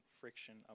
friction